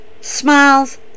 smiles